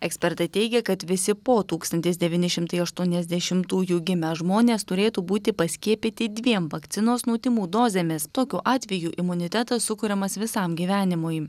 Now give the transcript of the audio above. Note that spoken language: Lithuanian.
ekspertai teigia kad visi po tūkstantis devyni šimtai aštuoniasdešimtųjų gimę žmonės turėtų būti paskiepyti dviem vakcinos nuo tymų dozėmis tokiu atveju imunitetas sukuriamas visam gyvenimui